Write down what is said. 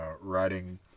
writing